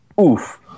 oof